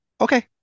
okay